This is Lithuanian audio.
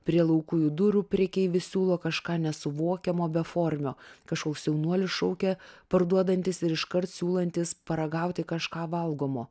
prie laukujų durų prekeivis siūlo kažką nesuvokiamo beformio kažkoks jaunuolis šaukia parduodantis ir iškart siūlantis paragauti kažką valgomo